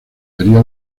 vería